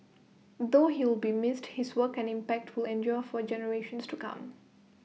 though he will be missed his work and impact will endure for generations to come